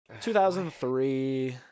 2003